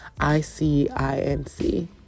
I-C-I-N-C